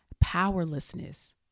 powerlessness